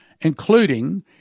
including